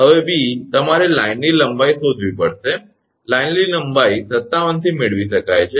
હવે બી તમારે લાઇનની લંબાઈ શોધવી પડશે લાઇનની લંબાઈ 57 થી મેળવી શકાય છે